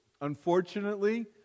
unfortunately